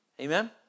Amen